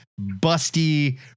busty